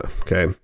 Okay